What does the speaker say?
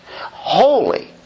holy